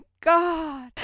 god